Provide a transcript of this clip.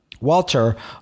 Walter